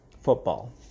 football